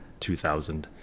2000